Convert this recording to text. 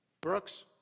Brooks